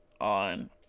on